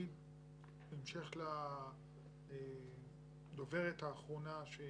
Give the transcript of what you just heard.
בהמשך לדוברת האחרונה, אומר